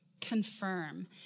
Confirm